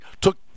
took